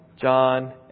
John